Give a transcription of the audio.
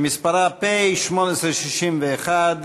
שמספרה פ/1861,